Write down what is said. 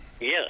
Yes